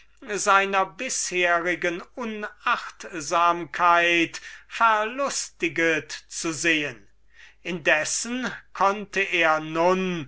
seiner bisherigen diskreten unachtsamkeit verlustiget zu sehen indessen konnte er nun